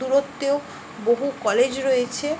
দূরত্বেও বহু কলেজ রয়েছে